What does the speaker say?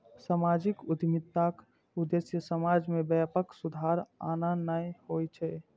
सामाजिक उद्यमिताक उद्देश्य समाज मे व्यापक सुधार आननाय होइ छै